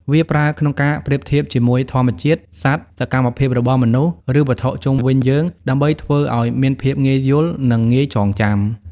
វាប្រើក្នុងការប្រៀបធៀបជាមួយធម្មជាតិ សត្វ សកម្មភាពរបស់មនុស្ស ឬវត្ថុជុំវិញយើង ដើម្បីធ្វើឲ្យមានភាពងាយយល់ និងងាយចងចាំ។